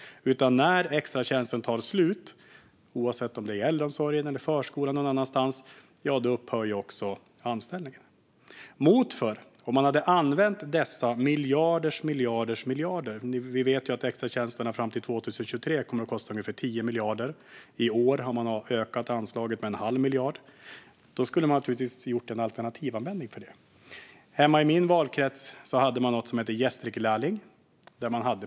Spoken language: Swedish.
När extratjänsterna tar slut, oavsett om de är i äldreomsorgen, i förskolan eller någon annanstans, upphör anställningen. Man hade kunnat använda dessa miljarders miljarders miljarder - vi vet att extratjänsterna fram till 2023 kommer att kosta ungefär 10 miljarder - på annat sätt. I år har man ökat anslaget med en halv miljard. Man skulle naturligtvis ha använt det på ett alternativt sätt. Hemma i min valkrets hade man något som hette Gästrikelärling.